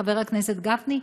חבר הכנסת גפני,